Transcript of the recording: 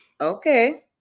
okay